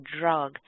drug